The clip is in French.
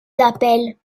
t’appelles